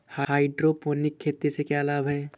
Hydroponic खेती से क्या लाभ हैं?